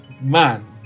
man